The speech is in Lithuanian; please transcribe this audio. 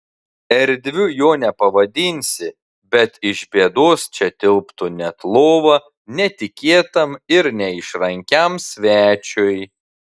erdviu jo nepavadinsi bet iš bėdos čia tilptų net lova netikėtam ir neišrankiam svečiui